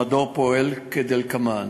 המדור פועל כדלקמן: